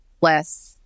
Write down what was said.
less